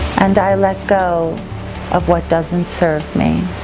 and let go of what doesn't serve me.